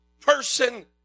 person